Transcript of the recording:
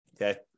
Okay